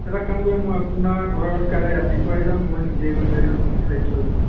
এটা কাম কৰিম মই আপোনাৰ ঘৰত কাইলৈ ৰাতিপুৱাই যাম মই নিজে গৈ লৈ আহিম আপুনি খালি থৈ